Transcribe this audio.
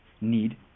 need